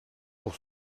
pour